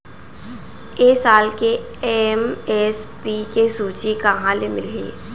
ए साल के एम.एस.पी के सूची कहाँ ले मिलही?